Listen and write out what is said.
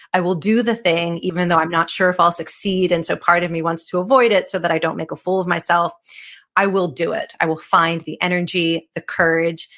i will do the thing even though i'm not sure if i'll succeed. and so part of me wants to avoid it so that i don't make a fool of myself i will do it. i will find the energy, the courage,